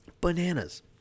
bananas